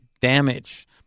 damage